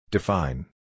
Define